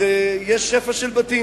אז יש שפע של בתים.